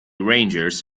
rangers